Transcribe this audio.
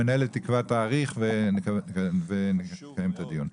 המנהלת תקבע תאריך ונקיים את הדיון.